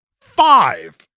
Five